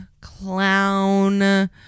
clown